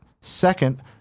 Second